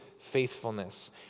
faithfulness